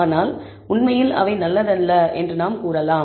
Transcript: ஆனால் உண்மையில் அவை நல்லதல்ல என்று நாம் கூறலாம்